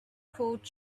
called